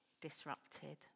disrupted